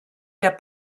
der